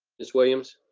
miss williams.